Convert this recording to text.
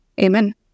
Amen